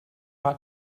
hat